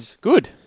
Good